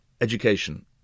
education